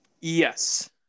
Yes